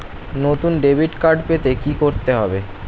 নতুন debit card পেতে কী করতে হবে?